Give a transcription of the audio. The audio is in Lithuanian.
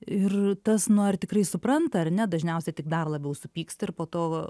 ir tas nu ar tikrai supranta ar ne dažniausia tik dar labiau supyksta ir po to